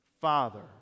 Father